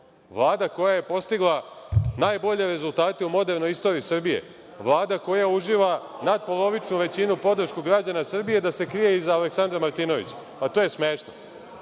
Vlada koja je postigla najbolje rezultate u modernoj istoriji Srbije. Vlada koja uživa nadpolovičnu većinu, podršku građana Srbije, da se krije iza Aleksandra Martinovića? Pa, to je smešno. Dakle,